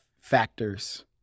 factors